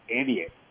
idiot